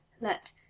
Let